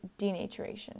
denaturation